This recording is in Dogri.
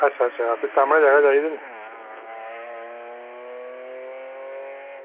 अच्छा अच्छा भी सामनै जगह चाहिदी नी